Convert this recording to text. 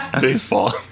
Baseball